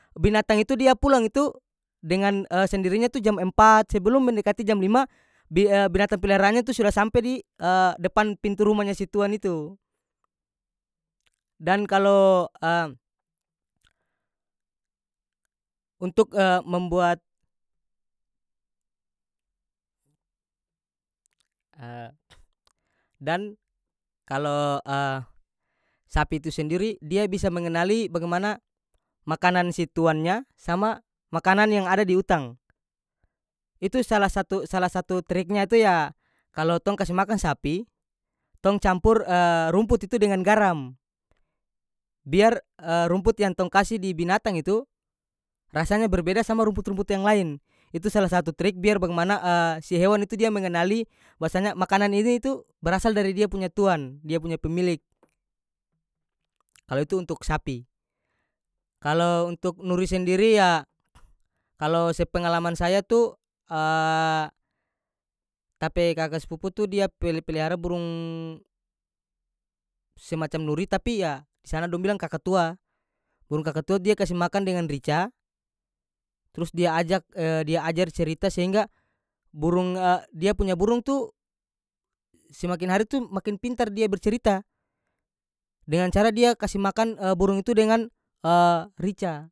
Binatang itu dia pulang itu dengan sendirinya itu jam empat sebelum mendekati jam lima bia- binatang peliharaannya tu sudah sampe di depan pintu rumahnya si tuan itu dan kalo untuk membuat dan kalo sapi itu sendiri dia bisa mengenali bagimana makanan si tuannya sama makanan yang ada di utang itu salah satu triknya tu yah kalo tong kase makang sapi tong campur rumput itu dengan garam biar rumput yang tong kase di binatang itu rasanya berbeda sama rumput-rumput yang lain itu salah satu trik biar bagimana si hewan itu dia mengenali basanya makanan ini tu berasal dari dia punya tuan dia punya pemilik kalo itu untuk sapi kalountuk nuri sendiri ya kalo sepengalaman saya itu ta pe kaka spupu tu dia peli pelihara burung semacam nuri tapi ya di sana dong bilang kakatua burung kakatua dia kase makan dengan rica trus dia ajak dia ajar cerita sehingga burung dia punya burung tu semakin hari tu makin pintar dia bercerita dengan cara dia kase makan burung itu dengan rica.